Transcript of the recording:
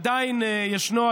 עדיין ישנו,